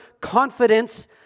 confidence